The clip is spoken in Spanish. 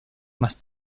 más